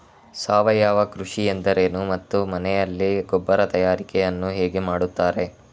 ಸಾವಯವ ಕೃಷಿ ಎಂದರೇನು ಮತ್ತು ಮನೆಯಲ್ಲಿ ಗೊಬ್ಬರ ತಯಾರಿಕೆ ಯನ್ನು ಹೇಗೆ ಮಾಡುತ್ತಾರೆ?